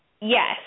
Yes